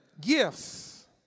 gifts